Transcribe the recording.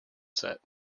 set